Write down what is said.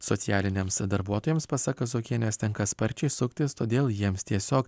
socialiniams darbuotojams pasak kazokienės tenka sparčiai suktis todėl jiems tiesiog